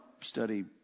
study